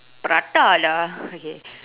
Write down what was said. prata ada okay